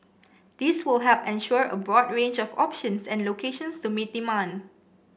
this will help ensure a broad range of options and locations to meet demand